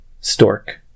stork